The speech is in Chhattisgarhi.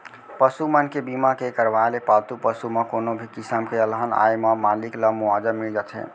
पसु मन के बीमा के करवाय ले पालतू पसु म कोनो भी किसम के अलहन आए म मालिक ल मुवाजा मिल जाथे